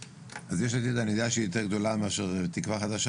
אז יש עתיד אני יודע שהיא יותר גדולה מתקווה חדשה